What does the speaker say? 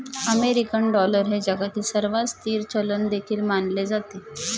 American dollar हे जगातील सर्वात स्थिर चलन देखील मानले जाते